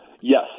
Yes